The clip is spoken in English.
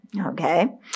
Okay